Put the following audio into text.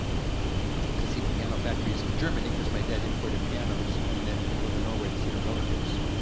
to see the piano factories in germany, cause my dad imported pianos, and then to go to norway to see our relatives.